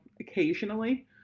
occasionally